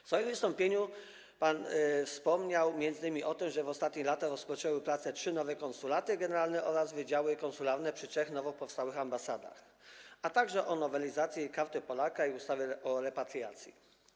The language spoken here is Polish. W swoim wystąpieniu wspomniał pan m.in. o tym, że w ostatnich latach rozpoczęły pracę trzy nowe konsulaty generalne oraz wydziały konsularne przy trzech nowo powstałych ambasadach, a także o nowelizacji ustawy o Karcie Polaka i ustawy o repatriacji.